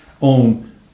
on